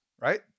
right